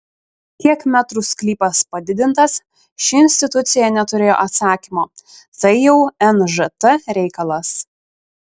kiek metrų sklypas padidintas ši institucija neturėjo atsakymo tai jau nžt reikalas